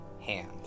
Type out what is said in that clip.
hand